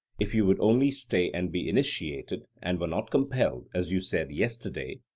if you would only stay and be initiated, and were not compelled, as you said yesterday,